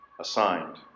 assigned